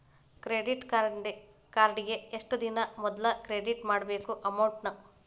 credit ಕಾರ್ಡಿಗಿ ಎಷ್ಟ ದಿನಾ ಮೊದ್ಲ ಕ್ರೆಡಿಟ್ ಮಾಡ್ಬೇಕ್ ಅಮೌಂಟ್ನ